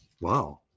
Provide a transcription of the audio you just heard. Wow